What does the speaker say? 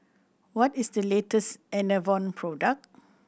what is the latest Enervon product